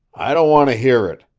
i don't want to hear it,